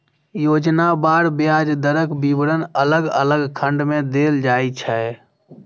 योजनावार ब्याज दरक विवरण अलग अलग खंड मे देल जाइ छै